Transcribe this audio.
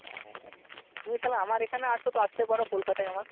ও তুমি শালা আমার এখানে এসো তো আসতে পারো কলকাতায় আমার